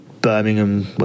Birmingham